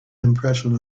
impression